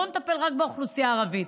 בואו נטפל רק באוכלוסייה הערבית.